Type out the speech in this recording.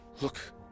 look